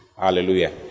Hallelujah